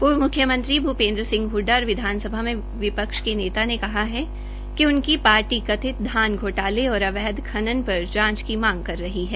पूर्व मुख्यमंत्री भूपेन्द्र सिंह हडा और विधानसभा में विपक्ष के नेता ने कहा है कि उनकी पार्टी कथित धान घोटाले और अवैध खनन पर जांच की मांग कर रही है